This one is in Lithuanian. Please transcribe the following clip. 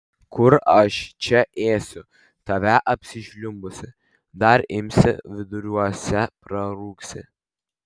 kur aš čia ėsiu tave apsižliumbusį dar imsi viduriuose prarūgsi